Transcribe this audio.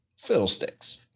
Fiddlesticks